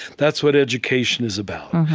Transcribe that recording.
that's what education is about.